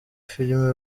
film